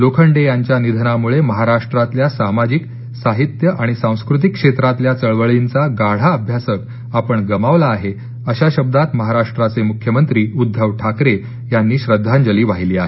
लोखंडे यांच्या निधनामुळे महाराष्ट्रातल्या सामाजिक साहित्य आणि सांस्कृतिक क्षेत्रातल्या चळवळींचा गाढा अभ्यासक आपण गमावला आहे अशा शब्दात महाराष्ट्राचे मुख्यमंत्री उद्धव ठाकरे यांनी श्रद्धांजली वाहिली आहे